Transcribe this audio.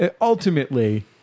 ultimately